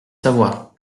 savoir